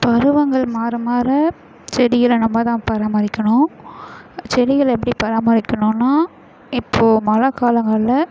பருவங்கள் மாற மாற செடிகளை நம்பதான் பராமரிக்கணும் செடிகள் எப்படி பராமரிக்கணுன்னால் இப்போது மழை காலங்களில்